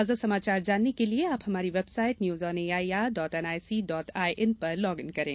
ताजा समाचार जानने के लिए आप हमारी website news on A I R dot N I C dot I N पर लॉग इन करें